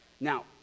Now